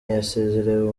yasezerewe